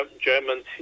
Germans